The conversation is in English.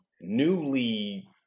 newly